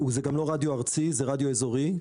זה גם לא רדיו ארצי, זה רדיו אזורי.